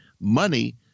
money